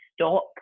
stop